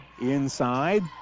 inside